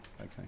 Okay